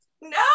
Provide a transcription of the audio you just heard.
No